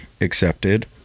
accepted